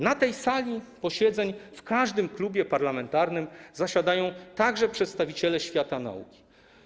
Na tej sali posiedzeń, w każdym z klubów parlamentarnym zasiadają przedstawiciele świata nauki.